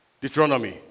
Deuteronomy